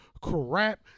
crap